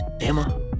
Emma